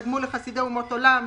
תגמול לחסידי אומות עולם,